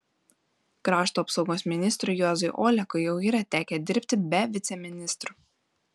krašto apsaugos ministrui juozui olekui jau yra tekę dirbti be viceministrų